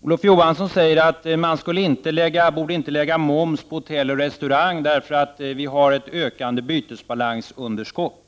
Olof Johansson säger att man inte borde lägga moms på hotell och restauranger därför att vi har ett ökande bytesbalansunderskott.